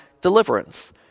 deliverance